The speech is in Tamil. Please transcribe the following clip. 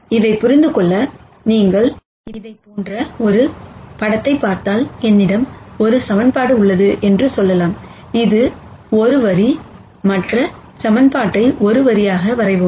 இதைப் புரிந்துகொள்ள நீங்கள் இதைப் போன்ற ஒரு படத்தைப் பார்த்தால் என்னிடம் ஒரு ஈக்குவேஷன் உள்ளது என்று சொல்லலாம் இது ஒரு வரி மற்ற ஈக்குவேஷன்ஐ ஒரு வரியாக வரைவோம்